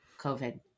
COVID